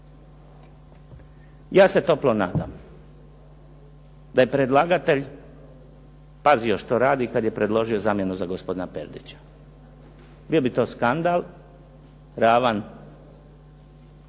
Ja se toplo nadam da je predlagatelj pazio što radi kad je predložio zamjenu za gospodina Perdića. Bio bi to skandal ravan